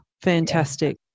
fantastic